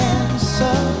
answer